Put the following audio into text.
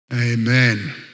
Amen